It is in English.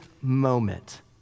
moment